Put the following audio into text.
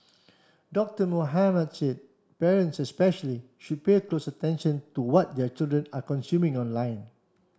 Doctor Mohamed said parents especially should pay close attention to what their children are consuming online